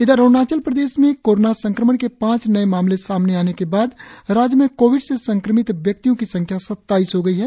इधर अरुणाचल प्रदेश में कोरोना संक्रमण के पांच नए मामले सामने आने के बाद राज्य में कोविड से संक्रमित व्यक्तियों की संख्या सत्ताईस हो गई है